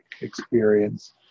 experience